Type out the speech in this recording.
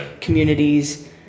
communities